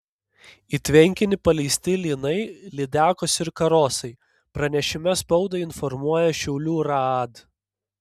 į tvenkinį paleisti lynai lydekos ir karosai pranešime spaudai informuoja šiaulių raad